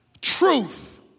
truth